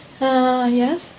Yes